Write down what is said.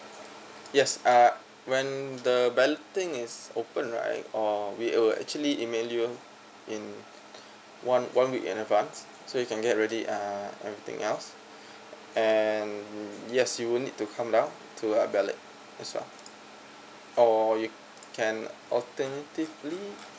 yes err when the balloting is open right or we will actually email you in one one week in advance so you can get ready uh everything else and yes you'll need to come down to a ballot as well or you can alternatively